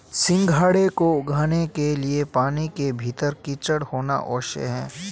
सिंघाड़े को उगाने के लिए पानी के भीतर कीचड़ होना आवश्यक है